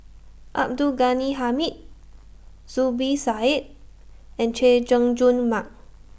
Abdul Ghani Hamid Zubir Said and Chay Jung Jun Mark